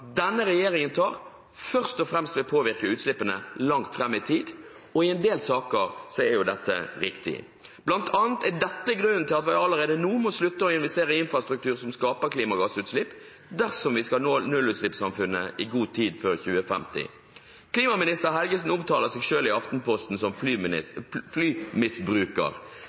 denne regjeringen tar, vil først og fremst påvirke utslippene langt fram i tid. Og i en del saker er jo dette riktig. Blant annet er dette grunnen til at vi allerede nå må slutte å investere i infrastruktur som skaper klimagassutslipp, dersom vi skal nå nullutslippssamfunnet i god tid før 2050. Klimaminister Helgesen omtaler seg selv i Aftenposten som